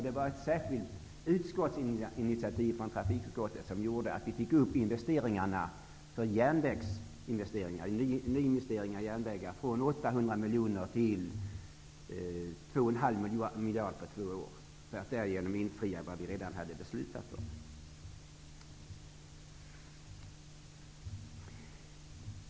Det var ett särskilt utskottsinitiativ från trafikutskottet som gjorde att nyinvesteringarna i järnvägar ökade från 800 miljoner till 2,5 miljarder på två år, för att därigenom infria vad vi redan hade beslutat om.